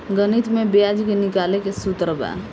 गणित में ब्याज के निकाले के सूत्र बा